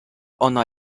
ona